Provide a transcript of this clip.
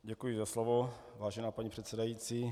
Děkuji za slovo, vážená paní předsedající.